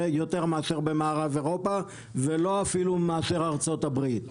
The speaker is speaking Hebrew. מאשר במערב אירופה ולא אפילו מאשר ארצות הברית.